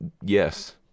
Yes